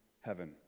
heaven